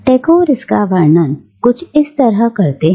टैगोर इसका वर्णन इस तरह करते हैं